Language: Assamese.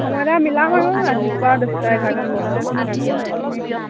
সময়লৈ মিলাম আৰু ৰাতিপুৱা দহটা এঘাৰটা মান বজাতে আজৰি হৈ মেলি নেকি